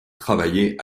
travailler